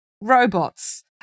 robots